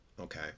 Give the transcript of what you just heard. Okay